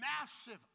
Massive